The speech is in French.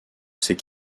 ces